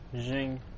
Zing